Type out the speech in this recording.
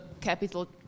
capital